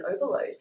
overload